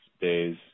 days